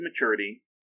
maturity